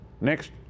Next